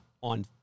on